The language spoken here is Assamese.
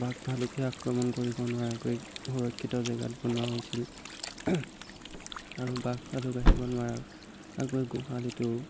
বাঘ ভালুকে আক্ৰমণ কৰিব নোৱাৰাকৈ সুৰক্ষিত জেগাত বনোৱা হৈছিল আৰু বাঘ ভালুক আহিব নোৱাৰাকৈ গোহালিটো